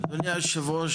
אדוני היו"ר,